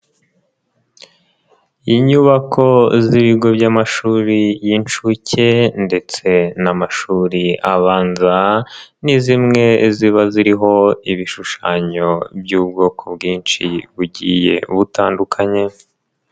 Inyubako z'ibigo by'amashuri y'inshuke ndetse n'amashuri abanza ni zimwe ziba ziriho ibishushanyo by'ubwoko bwinshi bugiye butandukanye.